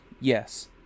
yes